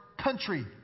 country